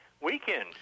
weekend